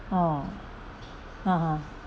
oh (uh huh)